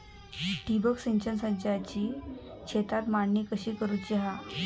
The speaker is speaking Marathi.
ठिबक सिंचन संचाची शेतात मांडणी कशी करुची हा?